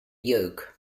yoke